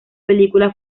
película